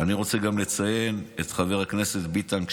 אני רוצה גם לציין את חבר הכנסת ביטן.